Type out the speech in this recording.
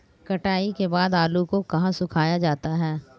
कटाई के बाद आलू को कहाँ सुखाया जाता है?